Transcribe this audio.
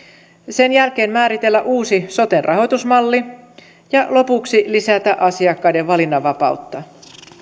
sen jälkeen määritellä uusi soten rahoitusmalli ja lopuksi lisätä asiakkaiden valinnanvapautta